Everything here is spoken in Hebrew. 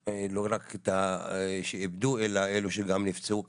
שלא רק שאיבדו, אלא גם אלה שנפצעו קשה.